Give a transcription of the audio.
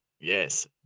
Yes